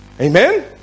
Amen